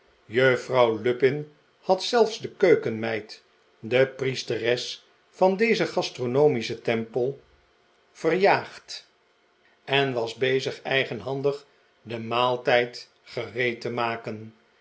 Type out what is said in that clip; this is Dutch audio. juffrouw lupin had zelfs de keukenmeid de priesteres van dezen gastrpnomischen tempel verjaagd en was bezig eigenhandig den maaltijd gereed te maken